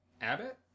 abbott